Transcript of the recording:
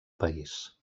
país